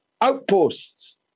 outposts